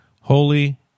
holy